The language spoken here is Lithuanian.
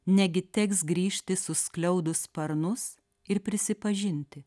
negi teks grįžti suskliaudus sparnus ir prisipažinti